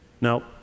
Now